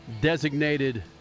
designated